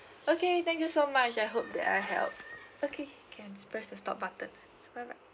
okay thank you so much I hope that I helped okay can press the stop button bye bye